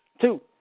Two